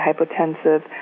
hypotensive